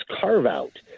carve-out